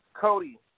Cody